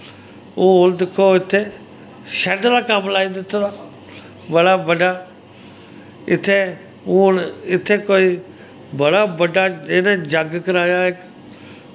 हून दिक्खो इत्थें शैडेड दा कम्म लाई दित्ता दा बड़ा बड्डा इत्थें हून इत्थे कोई बड़ा बड्डा इन्न जग कराया